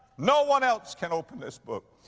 no one else can open this book.